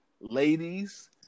ladies